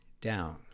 down